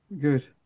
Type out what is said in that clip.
good